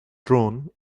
drone